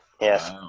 Yes